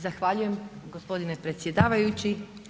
Zahvaljujem gospodine predsjedavajući.